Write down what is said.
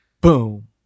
Boom